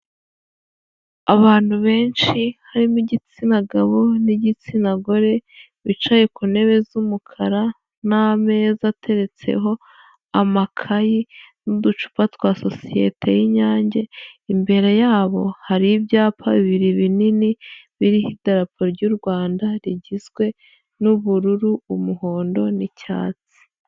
Abantu benshi harimo igitsina gabo n'igitsina gore, bicaye ku ntebe z'umukara n'ameza ateretseho amakayi n'uducupa twa sosiyete y'Inyange, imbere yabo hari ibyapa bibiri binini biriho idarapo ry'u Rwanda rigizwe n'ubururu, umuhondo n'icyatsi.